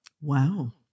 Wow